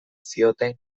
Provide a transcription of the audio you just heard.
zioten